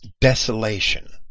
desolation